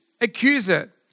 accuser